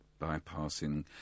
bypassing